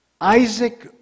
Isaac